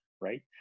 right